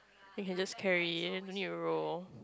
you can just carry then don't need to roll